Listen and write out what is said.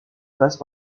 passe